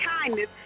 kindness